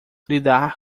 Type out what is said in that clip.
lidar